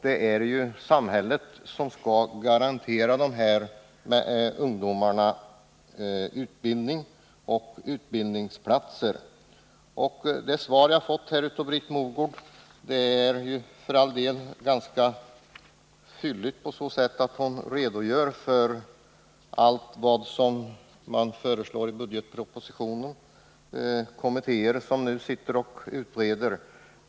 Det är ju samhället som skall garantera dessa ungdomar utbildning och utbildningsplatser. Det svar jag fått av Britt Mogård är för all del ganska fylligt, på så sätt att hon där redogör för allt som föreslås i budgetpropositionen och för de kommittéer som nu sitter och utreder.